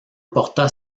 porta